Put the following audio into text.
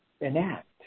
enact